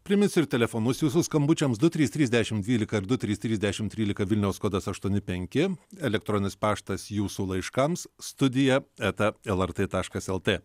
priminsiu ir telefonus jūsų skambučiams du trys trys dešimt dvylika ir du trys trys dešimt trylika vilniaus kodas aštuoni penki elektroninis paštas jūsų laiškams studija eta lrt taškas lt